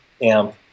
amp